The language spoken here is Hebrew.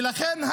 ולכן,